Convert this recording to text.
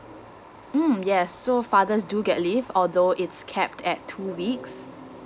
mm yes so fathers do get leave although it's capped at two weeks